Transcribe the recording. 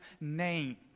name